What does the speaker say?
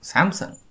Samsung